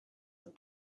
with